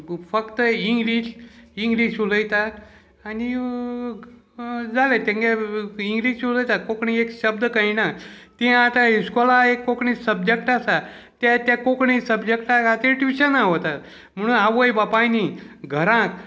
फक्त English English उलयतात आनी जालें तेंगे इंग्लीश उलयता कोंकणी एक शब्द कयणा ती आतां इस्कॉला एक कोंकणी सब्जॅक्ट आसा ते त्या कोंकणी सब्जॅक्टा खातीर ट्युशना वतात म्हणून आवय बापायनी घरांत